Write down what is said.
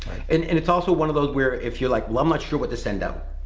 and and it's also one of those where if you're like well, i'm not sure what to send out,